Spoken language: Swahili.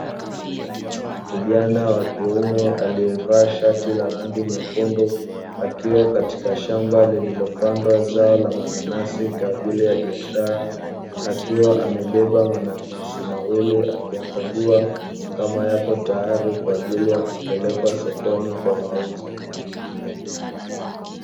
Kijana wa kiume aliyevaa shati la rangi nyekundu akiwa katika shamba lililopandwa zao la mananasi kwa ajili ya biashara akiwa amebeba mananasi mawili akiyakagua kama yapo tayari kwa ajili ya kupelekwa sokoni kwa mauzo.